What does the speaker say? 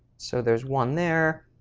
so there's one there.